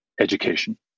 education